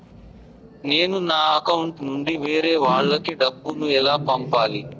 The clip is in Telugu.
నేను నా అకౌంట్ నుండి వేరే వాళ్ళకి డబ్బును ఎలా పంపాలి?